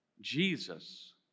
Jesus